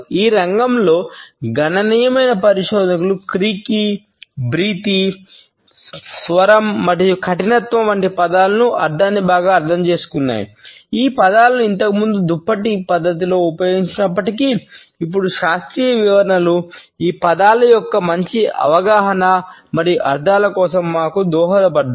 ఈ రంగంలో గణనీయమైన పరిశోధనలు క్రీకీ పద్ధతిలో ఉపయోగించినప్పటికీ ఇప్పుడు శాస్త్రీయ వివరణలు ఈ పదాల యొక్క మంచి అవగాహన మరియు అర్థాల కోసం మాకు దోహదపడ్డాయి